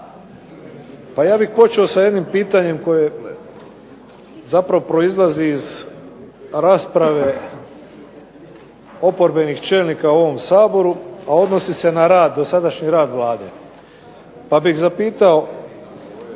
Ja bih počeo sa jednim pitanjem koje proizlazi iz rasprave oporbenih čelnika u ovom Saboru a odnosi se na dosadašnji rad ove Vlade, pa bih zapitao,